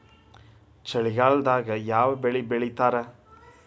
ಚಳಿಗಾಲದಾಗ್ ಯಾವ್ ಬೆಳಿ ಬೆಳಿತಾರ?